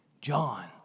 John